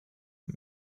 man